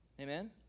Amen